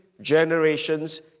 generations